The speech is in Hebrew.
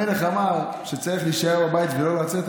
המלך אמר שצריך להישאר בבית ולא לצאת,